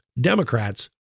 Democrats